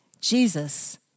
Jesus